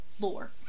lore